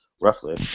roughly